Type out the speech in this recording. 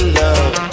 love